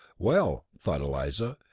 well, thought eliza,